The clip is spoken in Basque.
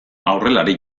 aurrelari